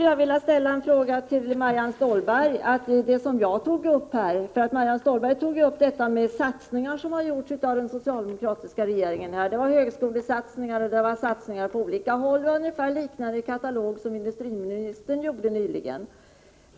Jag vill ställa en fråga till Marianne Stålberg som talade om de satsningar som gjorts av den socialdemokratiska regeringen. Det var högskolesatsning och satsningar på olika håll i en katalog liknande den industriministern gjorde nyss.